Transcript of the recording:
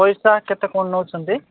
ପଇସା କେତେ କ'ଣ ନେଉଛନ୍ତି